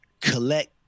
Collect